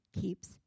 keeps